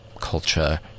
culture